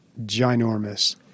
ginormous